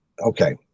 okay